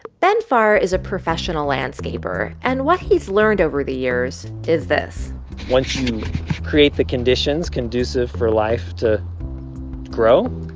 ben fahrer is a professional landscaper, and what he's learned over the years is this once you create the conditions conducive for life to grow,